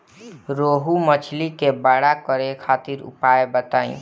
रोहु मछली के बड़ा करे खातिर उपाय बताईं?